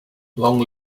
long